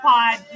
Pod